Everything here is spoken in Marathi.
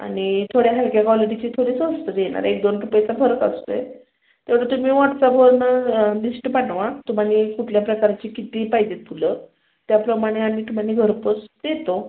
आणि थोड्या हलक्या क्वालिटीची थोडी स्वस्त देणार एक दोन रुपयेचा फरक असतो आहे तेवढं तुम्ही वॉट्सॲपवरनं लिश्ट पाठवा तुम्हाला कुठल्या प्रकारची किती पाहिजे आहेत फुलं त्याप्रमाणे आम्ही तुम्हाला घरपोच देतो